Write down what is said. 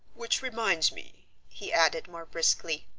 which reminds me, he added more briskly,